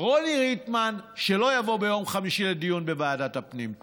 רוני ריטמן שלא יבוא ביום חמישי לדיון בוועדת הפנים.